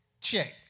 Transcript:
Check